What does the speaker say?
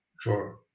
Sure